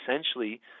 essentially –